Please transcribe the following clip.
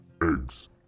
eggs